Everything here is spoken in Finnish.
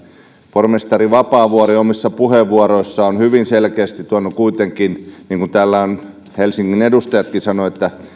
pormestari vapaavuori omissa puheenvuoroissaan on hyvin selkeästi tuonut kuitenkin esiin niin kuin täällä ovat helsingin edustajatkin sanoneet että